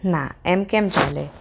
ના એમ કેમ ચાલે